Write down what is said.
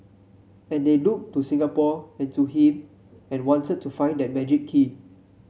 and they looked to Singapore and to him and wanted to find that magic key